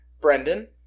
Brendan